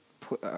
put